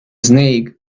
snake